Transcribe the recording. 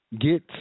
get